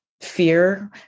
fear